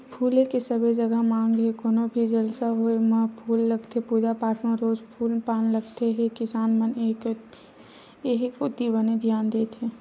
फूल के सबे जघा मांग हे कोनो भी जलसा होय म फूल लगथे पूजा पाठ म रोज फूल पान लगत हे किसान मन ह ए कोती बने धियान देत हे